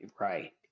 right